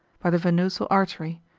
by the venosal artery,